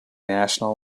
national